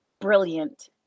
brilliant